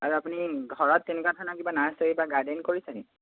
আৰু আপুনি ঘৰত তেনেকুৱা ধৰণৰ কিবা নাৰ্ছাৰী বা গাৰ্ডেন কৰিছে নেকি